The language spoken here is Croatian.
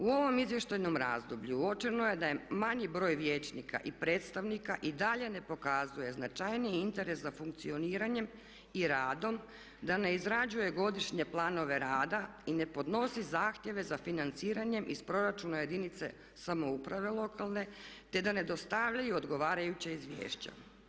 U ovom izvještajnom razdoblju uočeno je da je manji broj vijećnika i predstavnika i dalje ne pokazuje značajniji interes za funkcioniranjem i radom, da ne izrađuje godišnje planove rada i ne podnosi zahtjeve za financiranjem iz proračuna jedinice samouprave lokalne, te da ne dostavljaju odgovarajuća izvješća.